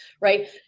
right